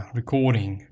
recording